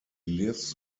lives